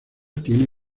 tiene